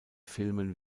filmen